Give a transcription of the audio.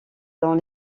dans